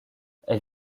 elle